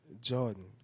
Jordan